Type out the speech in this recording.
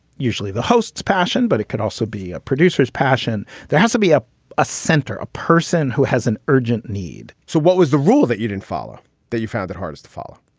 usually the host's passion, but it could also be a producer's passion. there has to be a a center. a person who has an urgent need. so what was the rule that you didn't follow that you found it hardest to follow?